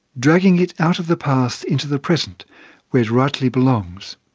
dragging it out of the past into the present where it rightly belongs.